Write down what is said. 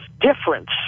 difference